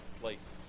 places